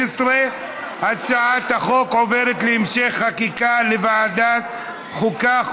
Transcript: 16. הצעת החוק עוברת להמשך חקיקה לוועדת החוקה,